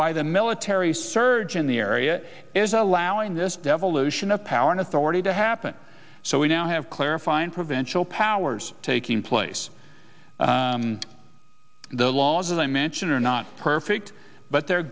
by the military surge in the area is allowing this devolution of power and authority to happen so we now have clarify and provincial powers taking place the laws of the mansion are not perfect but they're